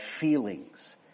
feelings